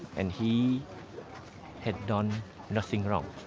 and he had done nothing wrong.